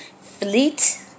Fleet